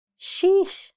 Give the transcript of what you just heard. sheesh